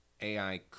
AI